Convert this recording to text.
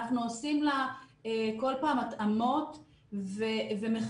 אנחנו עושים לה כל פעם התאמות ומחדדים